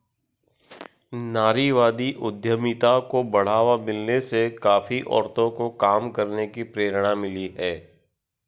नारीवादी उद्यमिता को बढ़ावा मिलने से काफी औरतों को काम करने की प्रेरणा मिली है